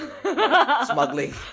smuggling